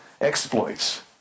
exploits